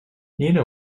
nina